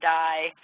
die